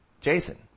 Jason